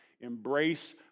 embrace